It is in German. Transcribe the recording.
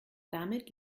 damit